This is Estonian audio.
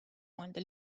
mõelda